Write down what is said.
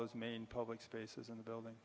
those main public spaces in the building